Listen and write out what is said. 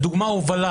למשל, הובלת